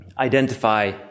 identify